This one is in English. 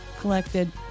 collected